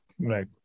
Right